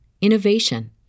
innovation